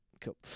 Cool